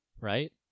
right